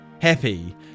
Happy